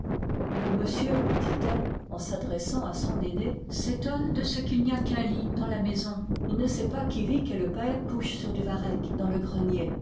le monsieur dit-elle en s'adressant à son aînée s'é tonne de ce qu'il n'y a qu'un lit dans la maison il ne sait pas qu'yvic et le père couchent sur du varech dans le gre